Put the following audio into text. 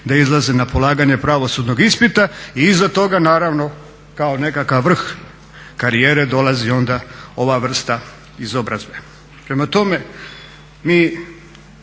da izlaze na polaganje pravosudnog ispita i iza toga naravno kao nekakav vrh karijere dolazi onda ova vrsta izobrazbe. Prema tome mi,